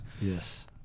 Yes